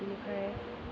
बिनिफ्राय